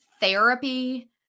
therapy